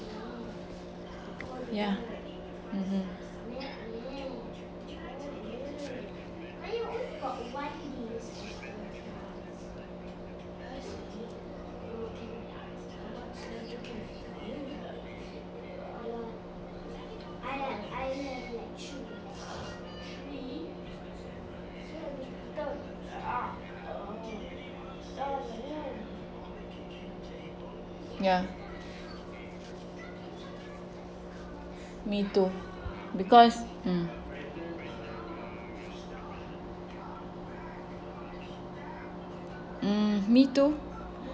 ya mmhmm ya me too because mm mm me too